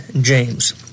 James